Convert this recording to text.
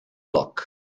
block